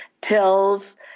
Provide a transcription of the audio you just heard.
pills